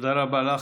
תודה רבה לך.